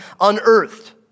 unearthed